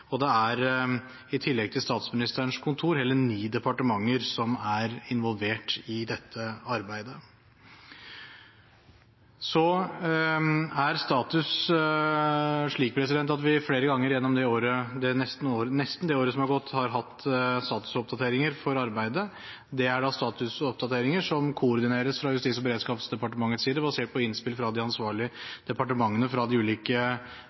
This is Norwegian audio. I tillegg til Statsministerens kontor er det hele ni departementer som er involvert i dette arbeidet. Status er slik at vi flere ganger gjennom det året som nesten er gått, har hatt statusoppdateringer for arbeidet. Dette er statusoppdateringer som koordineres fra Justis- og beredskapsdepartementets side, basert på innspill fra de ansvarlige departementene for de ulike